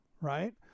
Right